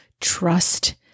trust